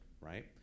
right